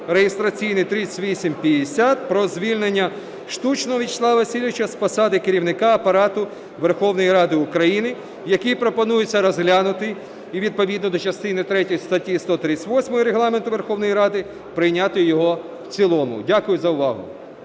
(реєстраційний 3850) про звільнення Штучного Вячеслава Васильовича з посади Керівника Апарату Верховної Ради України, який пропонується розглянути і відповідно до частини третьої статті 138 Регламенту Верховної Ради прийняти його в цілому. Дякую за увагу.